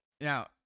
Now